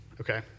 okay